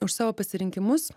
už savo pasirinkimus